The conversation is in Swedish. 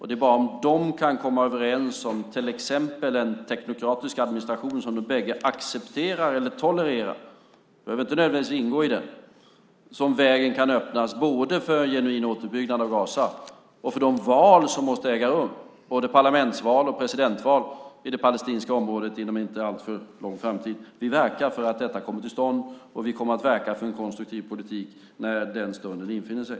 Det är bara om de kan komma överens om till exempel en teknokratisk administration som de bägge accepterar eller tolererar - de behöver inte nödvändigtvis ingå i den - som vägen kan öppnas, både för en genuin återbyggnad av Gaza och för de val som måste äga rum, både parlamentsval och presidentval, i det palestinska området inom en inte alltför lång framtid. Vi verkar för att detta kommer till stånd, och vi kommer att verka för en konstruktiv politik när den stunden infinner sig.